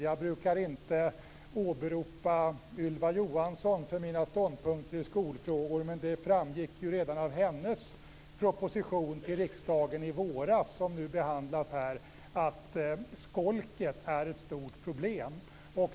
Jag brukar inte åberopa Ylva Johansson för mina ståndpunkter i skolfrågor, men det framgick ju redan av hennes proposition i våras som nu behandlas här i riksdagen att skolket är ett stort problem.